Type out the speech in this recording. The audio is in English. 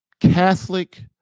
Catholic